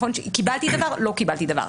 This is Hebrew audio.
אם קיבלתי דבר או לא קיבלתי דבר.